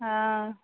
आं